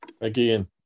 Again